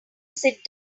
sit